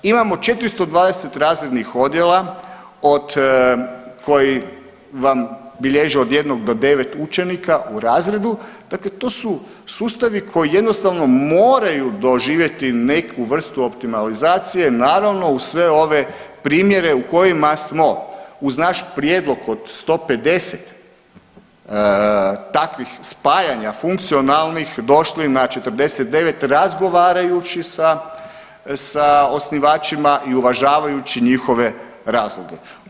Imamo 420 razrednih odjela od koji vam bilježi od 1 do 9 učenika u razredu, dakle to su sustavi koji jednostavno moraju doživjeti neku vrstu optimalizacije naravno uz sve ove primjere u kojima smo uz naš prijedlog od 150 takvih spajanja funkcionalnih došli na 49 razgovarajući sa, sa osnivačima i uvažavajući njihove razloge.